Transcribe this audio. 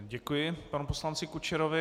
Děkuji panu poslanci Kučerovi.